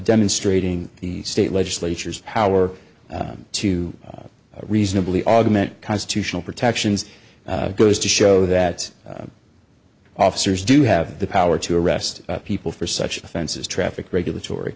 demonstrating the state legislature's power to reasonably augment constitutional protections goes to show that officers do have the power to arrest people for such offenses traffic regulatory